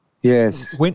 Yes